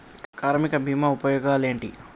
కార్మిక బీమా ఉపయోగాలేంటి?